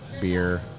beer